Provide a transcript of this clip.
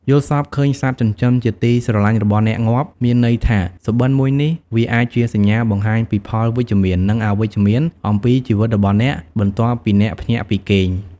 យល់សប្តិឃើញសត្វចិញ្ចឹមជាទីស្រលាញ់របស់អ្នកងាប់ មានន័យថា សុបិន្តមួយនេះ វាអាចជាសញ្ញា បង្ហាញពីផលវិជ្ជមាន និងអវិជ្ជមាន អំពីជីវិតរបស់អ្នក បន្ទាប់ពីអ្នកភ្ញាក់ពីគេង។